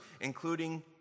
including